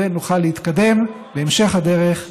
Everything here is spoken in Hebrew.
ונוכל להתקדם בהמשך הדרך יחד.